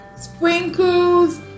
sprinkles